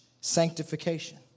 sanctification